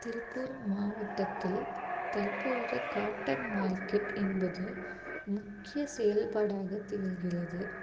திருப்பூர் மாவட்டத்தில் தற்போது cotton market என்பது முக்கிய செயல்பாடாக திகழ்கிறது